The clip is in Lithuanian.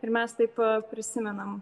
ir mes taip prisimenam